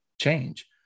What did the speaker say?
change